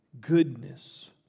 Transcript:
goodness